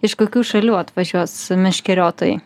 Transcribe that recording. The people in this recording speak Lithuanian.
iš kokių šalių atvažiuos meškeriotojai